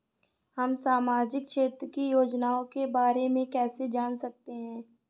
हम सामाजिक क्षेत्र की योजनाओं के बारे में कैसे जान सकते हैं?